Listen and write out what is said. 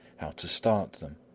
how to start them,